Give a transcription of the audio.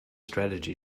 strategy